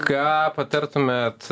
ką patartumėt